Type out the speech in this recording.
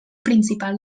principal